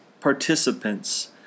participants